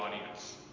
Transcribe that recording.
audience